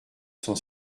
cent